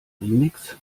remix